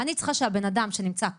אני צריכה שהבן אדם שנמצא קרוב,